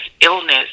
illness